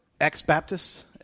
ex-Baptists